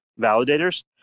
validators